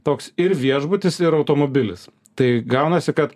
toks ir viešbutis ir automobilis tai gaunasi kad